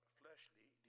fleshly